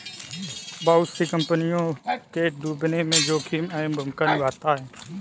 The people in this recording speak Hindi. बहुत सी कम्पनियों के डूबने में जोखिम अहम भूमिका निभाता है